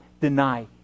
deny